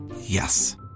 Yes